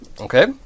Okay